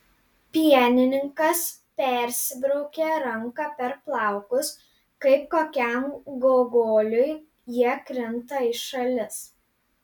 pienininkas persibraukia ranka per plaukus kaip kokiam gogoliui jie krinta į šalis